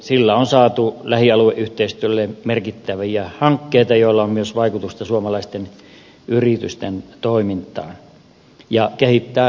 sillä on saatu lähialueyhteistyölle merkittäviä hankkeita joilla on myös vaikutusta suomalaisten yritysten toimintaan ja se kehittää lähialueyhteistyötä